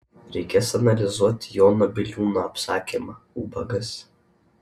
reikės analizuoti jono biliūno apsakymą ubagas